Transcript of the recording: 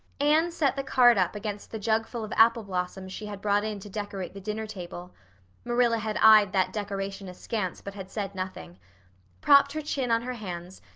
anne set the card up against the jugful of apple blossoms she had brought in to decorate the dinner-table marilla had eyed that decoration askance, but had said nothing propped her chin on her hands,